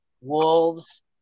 Wolves